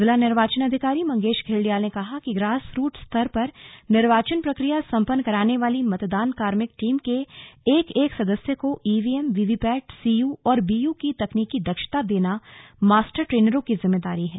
जिला निर्वाचन अधिकारी मंगेश धिल्डियाल ने कहा कि ग्रास रूट स्तर पर निर्वाचन प्रक्रिया सम्पन्न कराने वाली मतदान कार्मिक टीम के एक एक सदस्य को ईवीएम वीवीपैट सीयू और बीयू की तकनीकी दक्षता देना मास्टर ट्रेनरों की जिम्मेदारी है